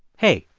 hey,